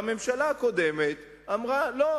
והממשלה הקודמת אמרה: לא,